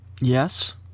Yes